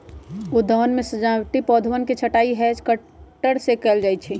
उद्यानवन में सजावटी पौधवन के छँटाई हैज कटर से कइल जाहई